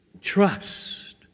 Trust